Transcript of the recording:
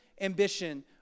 ambition